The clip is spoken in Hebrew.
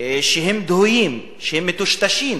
שהם דהויים, שהם מטושטשים,